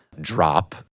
drop